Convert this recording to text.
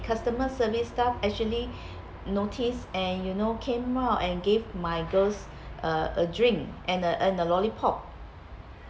customer service staff actually noticed and you know came out and gave my girls uh a drink and a and a lollipop